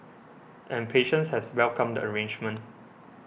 and patients has welcomed the arrangement